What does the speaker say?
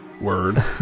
word